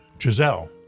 Giselle